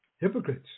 hypocrites